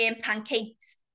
pancakes